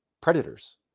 predators